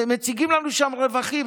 מציגים לנו שם רווחים.